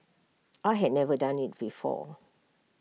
I had never done IT before